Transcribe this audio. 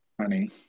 honey